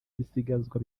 ibisigazwa